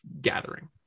gathering